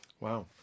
Wow